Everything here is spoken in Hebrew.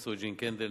פרופסור יוג'ין קנדל,